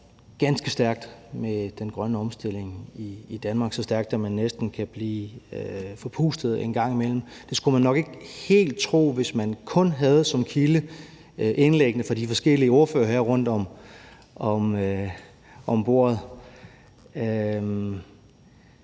ganske stærkt med den grønne omstilling i Danmark, så stærkt, at man næsten kan blive forpustet en gang imellem. Det skulle man nok ikke helt tro, hvis man kun havde som kilde indlæggene fra de forskellige ordførere her rundt om bordet.